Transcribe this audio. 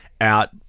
out